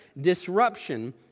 disruption